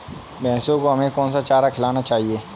भैंसों को हमें कौन सा चारा खिलाना चाहिए?